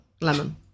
Lemon